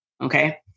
Okay